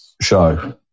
show